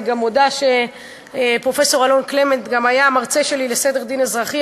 אני גם מודה שפרופסור אלון קלמנט היה מרצה שלי לסדר דין אזרחי,